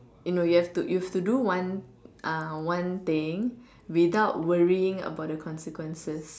you know you have to use to do one uh one thing without worrying about the consequences